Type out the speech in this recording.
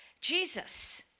Jesus